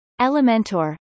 elementor